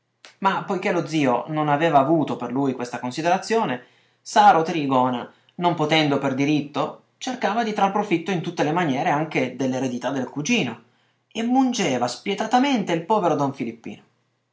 ma poiché lo zio non aveva avuto per lui questa considerazione saro trigona non potendo per diritto cercava di trar profitto in tutte le maniere anche dell'eredità del cugino e mungeva spietatamente il povero don filippino